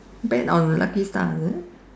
bet on lucky star is it